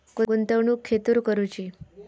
गुंतवणुक खेतुर करूची?